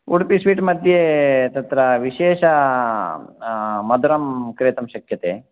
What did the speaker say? Udupi sweet मध्ये तत्र विशेष मधुरं क्रेतुं शक्यते